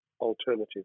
alternative